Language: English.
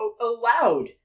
allowed